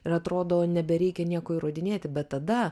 ir atrodo nebereikia nieko įrodinėti bet tada